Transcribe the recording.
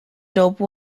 dope